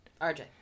RJ